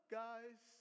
guys